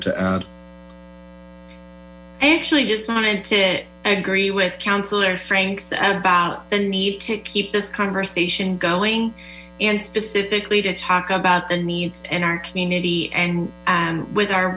add i actually just wanted to agree with councilor franks about the need to keep this conversation going and specifically to talk about the needs in our community and with our